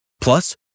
Plus